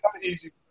easy